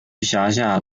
辖下